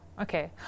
okay